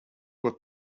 were